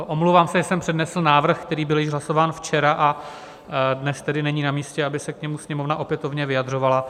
Omlouvám se, že jsem přednesl návrh, který byl již hlasován včera, a dnes tedy není namístě, aby se k němu Sněmovna opětovně vyjadřovala.